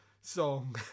song